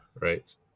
Right